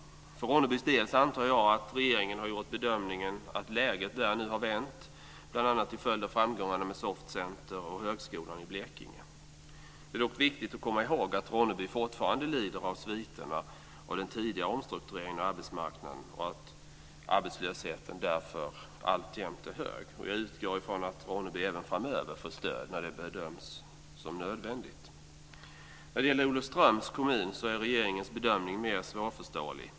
För Ronnebys del antar jag att regeringen har gjort bedömningen att läget där nu har vänt bl.a. till följd av framgångarna med SOFT Det är dock viktigt att komma ihåg att Ronneby fortfarande lider av sviterna av den tidigare omstruktureringen av arbetsmarknaden och att arbetslösheten därför alltjämt är hög. Jag utgår ifrån att Ronneby även framöver får stöd när det bedöms som nödvändigt. När det gäller Olofströms kommun är regeringens bedömning mer svårförståelig.